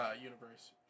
universe